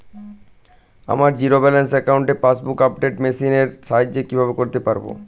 আমার zero balance অ্যাকাউন্টে passbook update machine এর সাহায্যে কীভাবে করতে পারব?